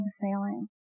sailing